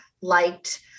liked